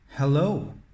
Hello